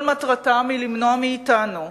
כל מטרתם היא למנוע מאתנו,